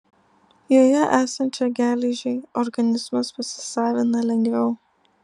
joje esančią geležį organizmas pasisavina lengviau